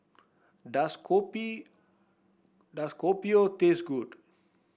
does kopi does Kopi O taste good